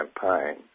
campaign